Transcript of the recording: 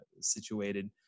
situated